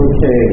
Okay